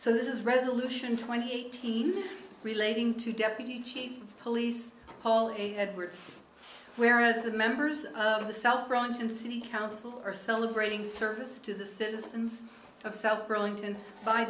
so this is resolution twenty eighteen relating to deputy chief of police paul edwards whereas the members of the south bronx and city council are celebrating service to the citizens of south burlington